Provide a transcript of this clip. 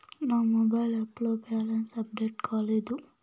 నా mobile app లో balance update కాలేదు